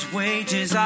wages